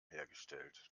hergestellt